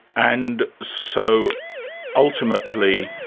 and so ultimately,